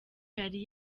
yari